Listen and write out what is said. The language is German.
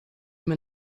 mit